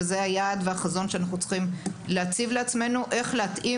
וזה היעד והחזון שאנחנו צריכים להציב לעצמנו איך להתאים